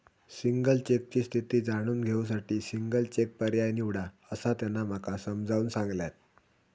single चेकची स्थिती जाणून घेऊ साठी सिंगल चेक पर्याय निवडा, असा त्यांना माका समजाऊन सांगल्यान